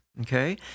okay